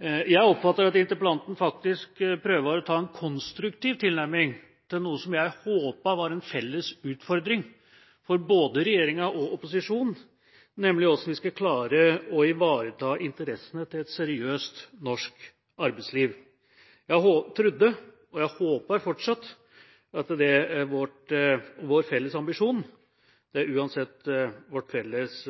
Jeg oppfatter at interpellanten faktisk prøver å ha en konstruktiv tilnærming til noe som jeg håpet var en felles utfordring for både regjeringa og opposisjonen, nemlig til hvordan vi skal klare å ivareta interessene til et seriøst norsk arbeidsliv. Jeg trodde – og jeg håper fortsatt – at det er vår felles ambisjon. Det er uansett vårt felles